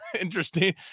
interesting